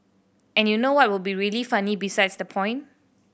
and you know what would be really funny besides the point